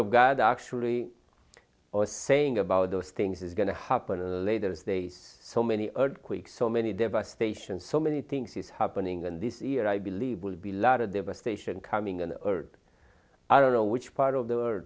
of god actually or saying about those things is going to happen in the latest days so many earthquakes so many devastation so many things is happening and this year i believe will be a lot of devastation coming and heard i don't know which part of the